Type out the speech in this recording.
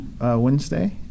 Wednesday